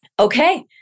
okay